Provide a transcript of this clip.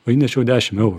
o įnešiau dešim eurų